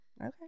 Okay